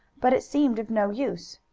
but it seemed of no use.